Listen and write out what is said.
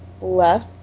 left